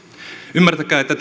ymmärtäkää että